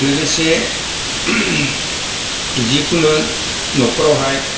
लोगोसे जिखुनु न'खरावहाय